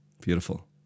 Beautiful